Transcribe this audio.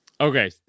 Okay